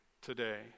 today